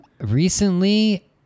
recently